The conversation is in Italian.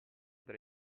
tra